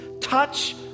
touch